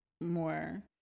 more